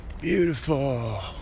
Beautiful